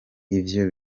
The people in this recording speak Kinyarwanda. ivyo